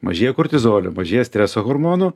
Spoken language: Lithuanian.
mažėja kortizolio mažėja streso hormono